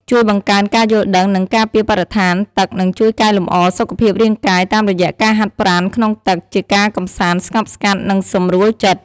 ជួយបង្កើនការយល់ដឹង និងការពារបរិស្ថានទឹកនិងជួយកែលម្អសុខភាពរាងកាយ តាមរយៈការហាត់ប្រាណក្នុងទឹក ជាការកម្សាន្តស្ងប់ស្ងាត់ និងសម្រួលចិត្ត។